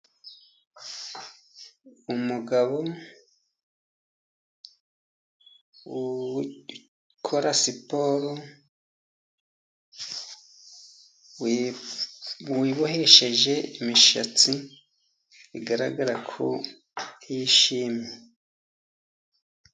Umugabo ukora siporo, wibohesheje imisatsi, bigaragara ko yishimye.